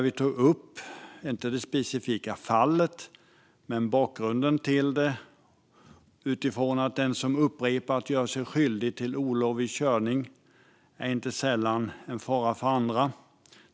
Vi tog inte upp det specifika fallet men bakgrunden till det, utifrån att den som upprepat gör sig skyldig till olovlig körning inte sällan är en fara för andra.